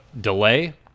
delay